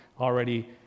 already